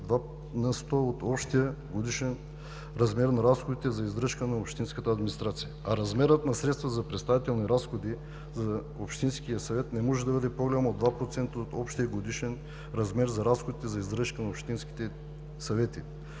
две на сто от общия годишен размер на разходите за издръжка на общинската администрация, а размерът на средства за представителни разходи за общинския съвет не може да бъде по-голям от два процента от общия годишен размер за разходите за издръжка на общинските съвети.